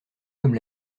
comme